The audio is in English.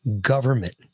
government